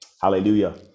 hallelujah